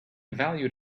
valued